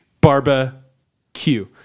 Barbecue